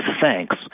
thanks